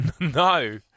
No